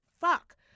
fuck